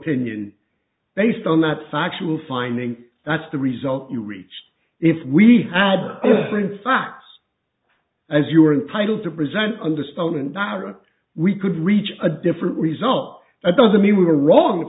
opinion based on that factual finding that's the result you reached if we had known facts as you are entitled to present under stone and ira we could reach a different result that doesn't mean we were wrong the